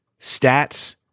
stats